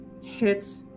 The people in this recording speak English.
hit